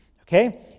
Okay